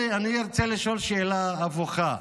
אני ארצה לשאול שאלה הפוכה: